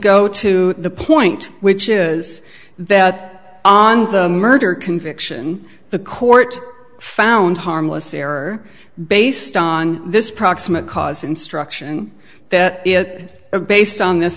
go to the point which is that on the murder conviction the court found harmless error based on this proximate cause instruction that is based on this